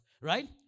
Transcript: right